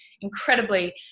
incredibly